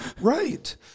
Right